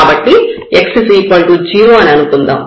కాబట్టి x 0 అని అనుకుందాం